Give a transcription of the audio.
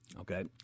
Okay